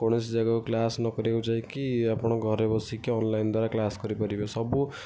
କୌଣସି ଜାଗାକୁ କ୍ଲାସ୍ କରିବାକୁ ନ ଯାଇକି ଆପଣ ଘରେ ବସିକି ଅନଲାଇନ୍ ଦ୍ୱାରା କ୍ଲାସ୍ କରିପାରିବେ ସବୁ